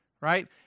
right